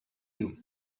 you